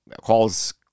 calls